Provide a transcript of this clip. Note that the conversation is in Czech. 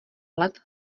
let